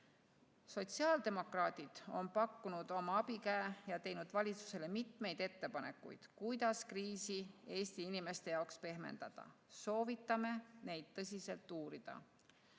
Sotsiaaldemokraadid on pakkunud oma abikäe ja teinud valitsusele mitmeid ettepanekuid, kuidas kriisi Eesti inimeste jaoks pehmendada. Soovitame neid tõsiselt uurida.